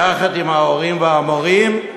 יחד עם ההורים והמורים,